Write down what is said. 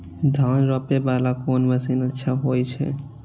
धान रोपे वाला कोन मशीन अच्छा होय छे?